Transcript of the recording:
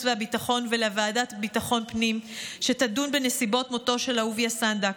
והביטחון ולוועדת ביטחון פנים שתדון בנסיבות מותו של אהוביה סנדק,